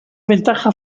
ventaja